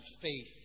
faith